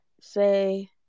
say